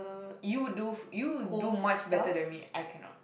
you do you do much better than me I cannot